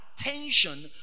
attention